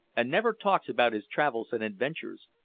and never talks about his travels and adventures,